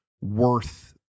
worth